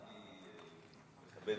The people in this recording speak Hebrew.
אני מכבד